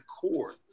court